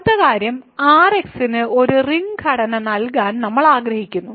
അടുത്ത കാര്യം Rx ന് ഒരു റിംഗ് ഘടന നൽകാൻ നമ്മൾ ആഗ്രഹിക്കുന്നു